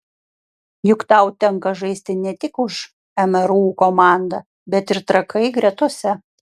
juk tau tenka žaisti ne tik už mru komandą bet ir trakai gretose